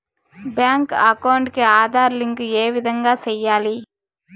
Bank account కి Aadhaar link ఏ విధంగా సెయ్యాలి?